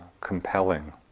compelling